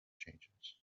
changes